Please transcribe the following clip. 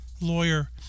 Lawyer